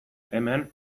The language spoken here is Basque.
hemen